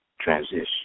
transition